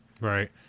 Right